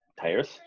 tires